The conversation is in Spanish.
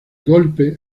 golpe